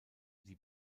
die